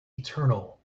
eternal